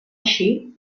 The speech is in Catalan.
així